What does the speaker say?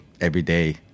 everyday